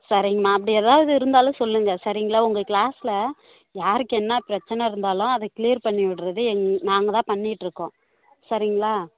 சரிங்கம்மா அப்படி ஏதாவது இருந்தாலும் சொல்லுங்க சரிங்களா உங்கள் கிளாஸில் யாருக்கு என்ன பிரச்சனை இருந்தாலும் அதை கிளியர் பண்ணி விடுறது எங்கள் நாங்கள் தான் பண்ணிகிட்டு இருக்கோம் சரிங்களா